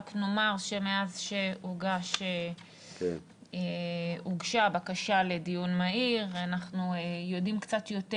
רק נאמר שמאז שהוגשה הבקשה לדיון מהיר אנחנו יודעים קצת יותר,